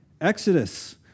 Exodus